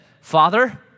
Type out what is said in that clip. father